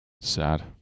Sad